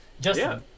Justin